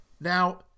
Now